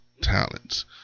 talents